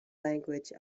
language